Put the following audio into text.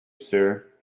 sir